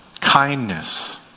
Kindness